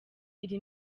iri